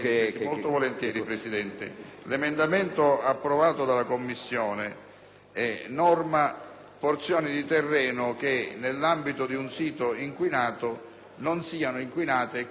norma porzioni di terreno che nell'ambito di un sito inquinato non siano inquinate e quindi non debbano intervenire nelle operazioni di bonifica del sito.